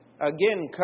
again